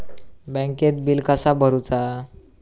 बँकेत बिल कसा भरुचा?